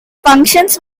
functions